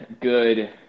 good